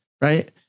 right